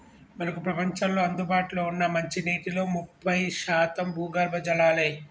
మనకు ప్రపంచంలో అందుబాటులో ఉన్న మంచినీటిలో ముప్పై శాతం భూగర్భ జలాలే